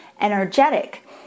energetic